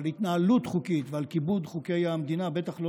על התנהלות חוקית ועל כיבוד חוקי המדינה בטח לא